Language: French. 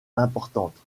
importante